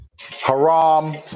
Haram